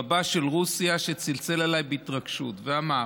רבה של רוסיה צלצל אליי בהתרגשות ואמר: